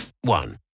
one